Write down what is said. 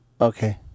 Okay